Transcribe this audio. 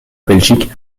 belgique